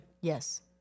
Yes